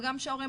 וגם שההורים,